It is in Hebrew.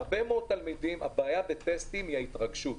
הבעיה בטסטים היא ההתרגשות.